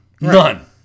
None